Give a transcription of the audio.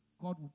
God